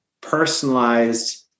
personalized